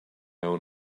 own